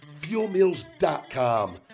FuelMeals.com